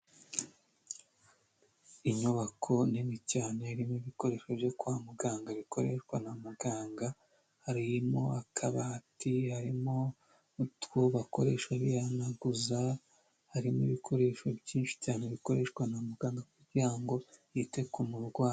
Inyubako nini cyane irimo ibikoresho byo kwa muganga bikoreshwa na muganga, harimo akabati, harimo utwo bakoresha bihanaguza, harimo ibikoresho byinshi cyane bikoreshwa na muganga kugira ngo yite ku murwayi.